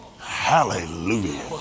Hallelujah